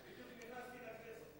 בדיוק נכנסתי לכנסת.